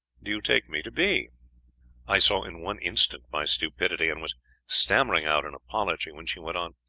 do you take me to be i saw in one instant my stupidity and was stammering out an apology, when she went on